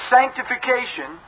Sanctification